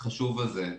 החשוב הזה.